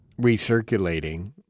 recirculating